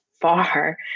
far